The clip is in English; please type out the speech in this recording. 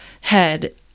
head